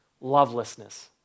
lovelessness